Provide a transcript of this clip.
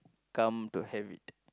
come to have it